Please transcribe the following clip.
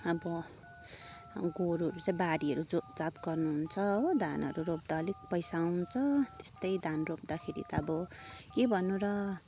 अब गोरुहरू चाहिँ बारीहरू जोतजात गर्नु हुन्छ हो धानहरू रोप्दा अलिक पैसा हुन्छ त्यस्तै धान रोप्दाखेरि त अब के भन्नु र